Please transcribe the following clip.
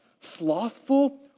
Slothful